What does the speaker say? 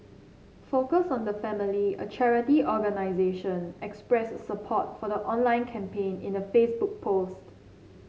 focus on the family a charity organisation express support for the online campaign in a Facebook post